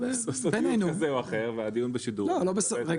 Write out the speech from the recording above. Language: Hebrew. סודיות כזה או אחר והדיון בשידור -- שנייה,